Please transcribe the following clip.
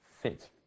fit